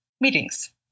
meetings